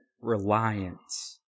reliance